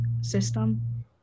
system